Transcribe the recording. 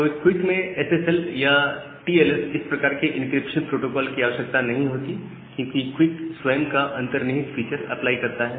तो क्विक में एसएसएल या टीएलएस इस प्रकार के इंक्रिप्शन प्रोटोकॉल्स की आवश्यकता नहीं होती क्योंकि क्विक स्वयं का अंतर्निहित फीचर अप्लाई करता है